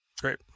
Great